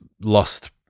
lost